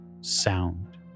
sound